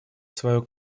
свою